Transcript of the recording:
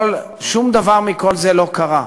שום דבר מכל זה לא קרה.